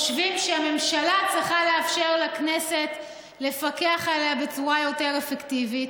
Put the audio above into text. חושבים שהממשלה צריכה לאפשר לכנסת לפקח עליה בצורה יותר אפקטיבית.